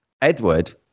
edward